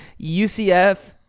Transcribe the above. UCF